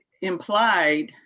implied